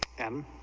end,